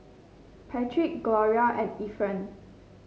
Patrick Gloria and Efren